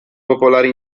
popolari